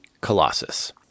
Colossus